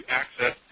access